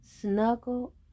snuggle